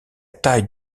taille